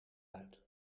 uit